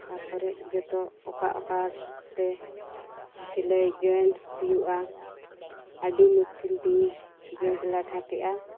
ᱛᱟᱨᱯᱚᱨᱮᱜ ᱡᱚᱛᱚ ᱚᱠᱟ ᱚᱠᱟ ᱨᱮ ᱥᱤᱞᱟᱹᱭ ᱡᱚᱭᱮᱱᱴ ᱦᱩᱭᱩᱜᱼᱟ ᱟᱹᱰᱤ ᱢᱩᱥᱠᱤᱞ ᱛᱤᱧ ᱡᱚᱭᱮᱱᱴ ᱞᱟᱴᱷᱟ ᱠᱮᱜᱼᱟ